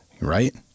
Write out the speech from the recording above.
Right